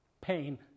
pain